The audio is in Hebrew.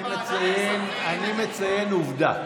אני מציין עובדה.